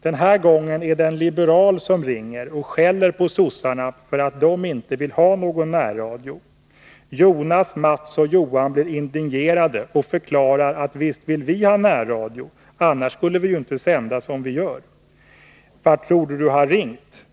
Den här gången är det en liberal som ringer och skäller på sossarna för att dom inte vill ha någon närradio. Jonas, Mats och Johan blir indignerade och förklarar att visst vill vi ha närradio, annars skulle vi ju inte sända som vi gör, eller vart tror du du har ringt.